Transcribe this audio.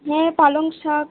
হ্যাঁ পালং শাক